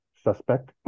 suspect